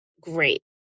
great